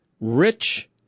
rich